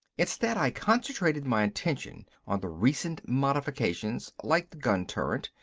instead i concentrated my attention on the recent modifications, like the gun turret,